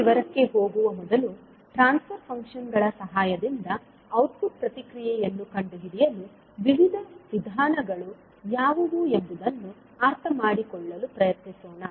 ಆ ವಿವರಕ್ಕೆ ಹೋಗುವ ಮೊದಲು ಟ್ರಾನ್ಸ್ ಫರ್ ಫಂಕ್ಷನ್ ಗಳ ಸಹಾಯದಿಂದ ಔಟ್ಪುಟ್ ಪ್ರತಿಕ್ರಿಯೆಯನ್ನು ಕಂಡುಹಿಡಿಯಲು ವಿವಿಧ ವಿಧಾನಗಳು ಯಾವುವು ಎಂಬುದನ್ನು ಅರ್ಥಮಾಡಿಕೊಳ್ಳಲು ಪ್ರಯತ್ನಿಸೋಣ